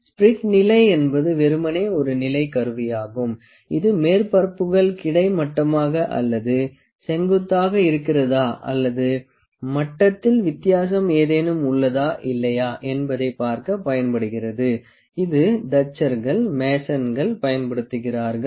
spirit நிலை என்பது வெறுமனே ஒரு நிலை கருவியாகும் இது மேற்பரப்புகள் கிடைமட்டமாக அல்லது செங்குத்தாக இருக்கிறதா அல்லது மட்டத்தில் வித்தியாசம் ஏதேனும் உள்ளதா இல்லையா என்பதைப் பார்க்கப் பயன்படுகிறது இது தச்சர்கள் மேசன்கள் பயன்படுத்துகிறாரகள்